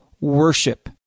worship